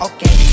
Okay